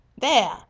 There